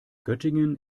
göttingen